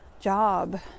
job